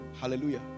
Hallelujah